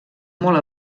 molt